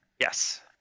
Yes